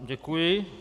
Děkuji.